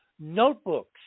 notebooks